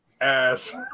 ass